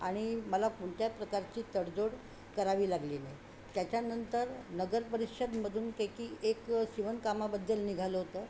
आणि मला कोणत्या प्रकारची तडजोड करावी लागली नाही त्याच्यानंतर नगर परिषदमधून काय की एक शिवनकामाबद्दल निघालं होतं